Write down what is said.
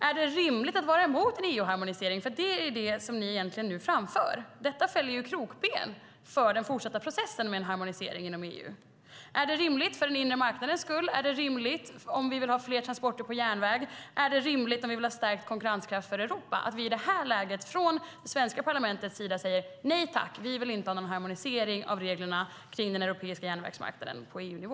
Är det rimligt att vara emot en EU-harmonisering? Det är det som ni egentligen nu framför. Det sätter krokben för den fortsatta processen med en harmonisering inom EU. Är det rimligt för den inre marknadens skull, är det rimligt om vi vill ha fler transporter på järnväg, och är det rimligt om vi vill ha stärkt konkurrenskraft för Europa att vi i detta läge från det svenska parlamentets sida säger: Nej tack, vi vill inte ha någon harmonisering av reglerna kring den europeiska järnvägsmarknaden på EU-nivå?